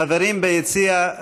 חברים ביציע,